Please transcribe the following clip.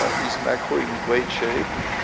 ah is macro in great shape?